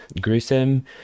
gruesome